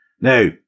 Now